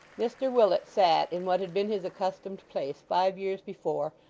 mr willet sat in what had been his accustomed place five years before,